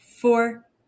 four